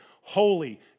holy